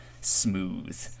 smooth